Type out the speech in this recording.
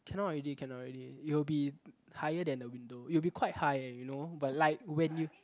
cannot already cannot already it will be higher than the window it will be quite high eh you know but like when you